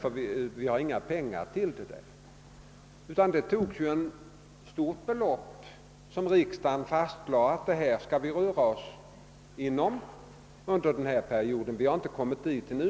Riksdagen fastställde ju också ett stort belopp för den här perioden. Dit har vi inte kommit ännu.